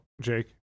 Jake